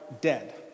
dead